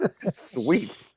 Sweet